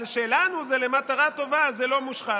אבל שלנו זה למטרה טובה, זה לא מושחת.